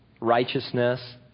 righteousness